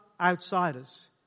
outsiders